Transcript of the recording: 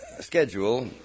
schedule